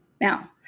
Now